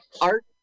art